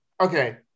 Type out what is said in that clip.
Okay